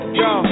yo